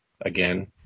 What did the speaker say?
again